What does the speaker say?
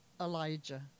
Elijah